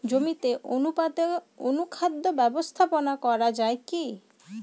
জমিতে অনুপাতে অনুখাদ্য ব্যবস্থাপনা করা য়ায় কি?